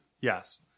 Yes